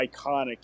iconic